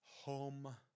home